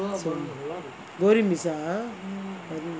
goreng pisang